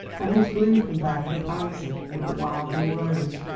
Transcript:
and whose bloom can bear comparison with the wilding rose.